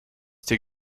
dir